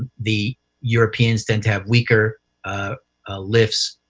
the europeans tend to have weaker lifts,